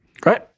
great